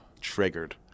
Triggered